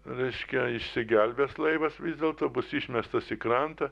reiškia išsigelbės laivas vis dėlto bus išmestas į krantą